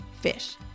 fish